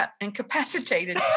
incapacitated